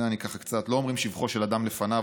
לא אומרים שבחו של אדם בפניו,